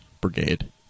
brigade